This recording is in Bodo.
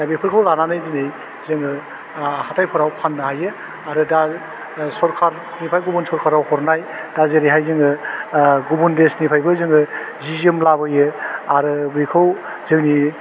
दा बेफोरखौ लानानै दिनै जोङो आह हाथाइफ्राव फान्नो हायो आरो गा सरकारनिफ्राइ गुबुन सरकाराव हरनाय दा जेरैहाय जोङो आह गुबुन देशनिफ्राइबो जोङो जि जोम लाबोयो आरो बिखौ जोंनि